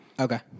okay